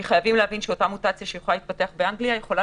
כי חייבים להבין שאותה מוטציה שהתפתחה באנגליה יכולה